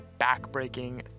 backbreaking